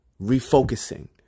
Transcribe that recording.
Refocusing